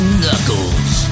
knuckles